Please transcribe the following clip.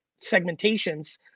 segmentations